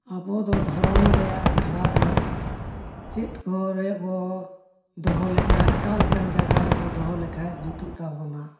ᱟᱵᱚ ᱫᱚ ᱫᱷᱚᱨᱚᱢ ᱨᱮᱱᱟᱜ ᱟᱠᱷᱲᱟ ᱫᱚ ᱪᱮᱫ ᱠᱚᱨᱮ ᱵᱚᱱ ᱫᱚᱦᱚ ᱞᱮᱠᱷᱟᱱ ᱚᱠᱟ ᱞᱮᱠᱟᱱ ᱡᱟᱭᱜᱟ ᱨᱮᱵᱚᱱ ᱫᱚᱦᱚ ᱞᱮᱠᱷᱟᱱ ᱡᱩᱛᱩᱜ ᱛᱟᱵᱚᱱᱟ